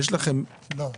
לא,